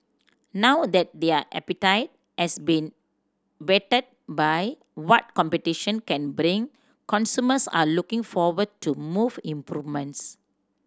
now that their appetite has been whetted by what competition can bring consumers are looking forward to move improvements